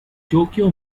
tokyo